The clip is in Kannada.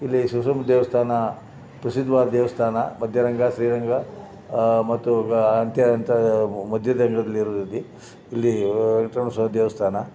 ಇಲ್ಲಿ ಶಿಂಷಮ್ಮನ ದೇವಸ್ಥಾನ ಪ್ರಸಿದ್ಧವಾದ ದೇವಸ್ಥಾನ ಮಧ್ಯರಂಗ ಶ್ರೀರಂಗ ಮತ್ತು ಅಂತ್ಯ ಅಂತ ಮಧ್ಯದಲ್ಲಿಲ್ಲಿರೋದ್ದಿದ್ದು ಇಲ್ಲಿ ವೆಂಕಟರಮಣ ಸ್ವಾಮಿ ದೇವಸ್ಥಾನ